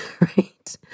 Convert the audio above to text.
right